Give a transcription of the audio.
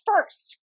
first